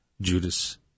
Judas